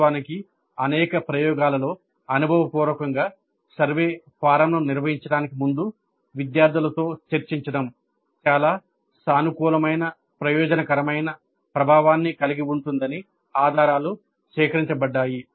వాస్తవానికి అనేక ప్రయోగాలలో అనుభవపూర్వకంగా సర్వే ఫారమ్ను నిర్వహించడానికి ముందు విద్యార్థులతో చర్చించడం చాలా సానుకూలమైన ప్రయోజనకరమైన ప్రభావాన్ని కలిగి ఉందని ఆధారాలు సేకరించబడ్డాయి